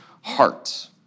heart